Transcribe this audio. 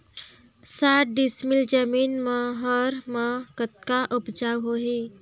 साठ डिसमिल जमीन म रहर म कतका उपजाऊ होही?